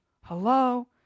hello